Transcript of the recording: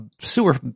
sewer